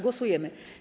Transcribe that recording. Głosujemy.